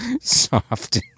soft